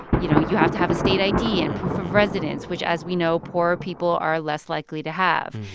you know, you have to have a state id and proof of residence, which, as we know, poor people are less likely to have.